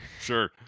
Sure